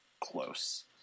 close